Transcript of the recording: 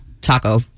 taco